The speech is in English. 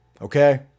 okay